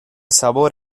sabor